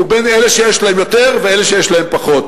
ובין אלה שיש להם יותר ואלה שיש להם פחות.